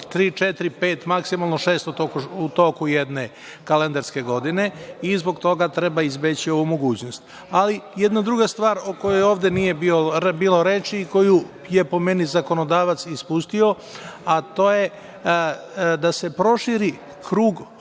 pet maksimalno šest u toku jedne kalendarske godine i zbog treba izbeći ovu mogućnost. Jedna druga stvar o kojoj ovde nije bilo reči i koju je, po meni zakonodavac ispustio, a to je da se proširi krug